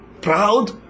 proud